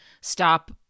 stop